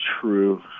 true